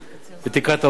מתקרת ההוצאה.